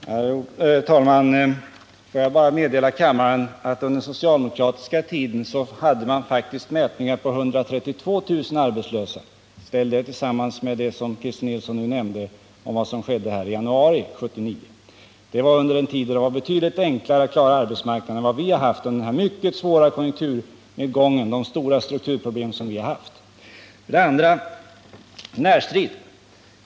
Herr talman! Får jag bara meddela kammaren att under den socialdemokratiska tiden uppgick antalet arbetslösa till 132 000. Jämför detta med det Christer Nilsson nämnde om vad som skett i januari 1979. Under den socialdemokratiska regeringstiden var det betydligt enklare att klara arbetsmarknadsproblemen än under den mycket svåra konjunkturnedgång med stora strukturproblem som vi haft att bemästra. Närstrid, säger Christer Nilsson.